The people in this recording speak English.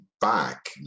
back